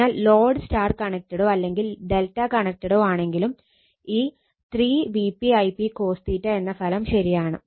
അതിനാൽ load Y കണക്റ്റഡോ അല്ലെങ്കിൽ Δ കണക്റ്റഡോ ആണെങ്കിലും ഈ 3 Vp Ip cos എന്ന ഫലം ശരിയാണ്